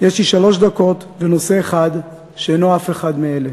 יש לי שלוש דקות ונושא אחד, שאינו אף אחד מאלה.